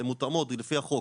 הן מותאמות לפי החוק.